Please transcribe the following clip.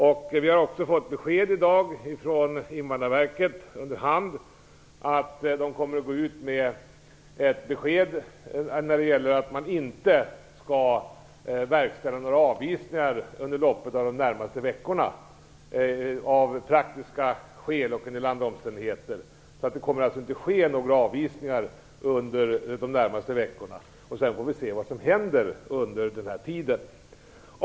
Vi har i dag under hand fått besked från Invandrarverket om att man kommer att gå ut med ett besked om att några avvisningar inte skall verkställas under loppet av de närmaste veckorna av praktiska skäl och mot bakgrund av en del andra omständigheter. Det kommer alltså inte att ske några avvisningar under de närmaste veckorna. Vi får se vad som händer under denna tid.